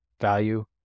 value